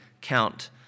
count